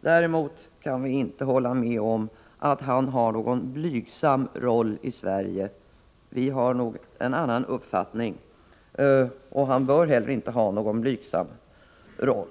Däremot kan vi inte hålla med om att Olof Palme har en blygsam roll i Sverige. Vi har en annan uppfattning. Statsministern bör inte heller ha en blygsam roll.